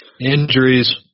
Injuries